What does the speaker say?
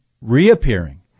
reappearing